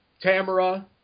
Tamara